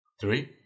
three